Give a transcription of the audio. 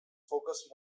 focus